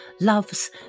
loves